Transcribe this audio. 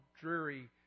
dreary